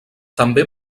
també